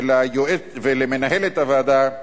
ולמנהלת הוועדה,